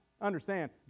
understand